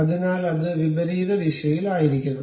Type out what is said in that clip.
അതിനാൽ അത് വിപരീത ദിശയിൽ ആയിരിക്കണം